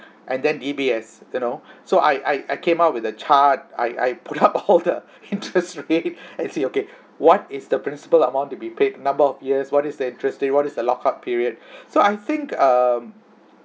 and then D_B_S you know so I I I came up with a chart I I put up all the interest rate and say okay what is the principal amount to be paid number of years what is the interest there what is the lockup period so I think um